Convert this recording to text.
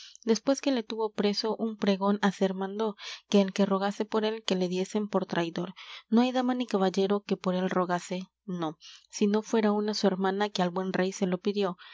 después que le tuvo preso un pregón hacer mandó que el que rogase por él que le diesen por traidor no hay dama ni caballero que por él rogase no si no fuera una su hermana que al buen rey se lo pidió